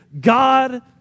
God